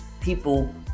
People